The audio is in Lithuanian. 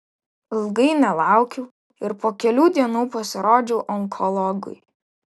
ilgai nelaukiau ir po kelių dienų pasirodžiau onkologui